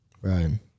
Right